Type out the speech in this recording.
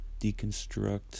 deconstruct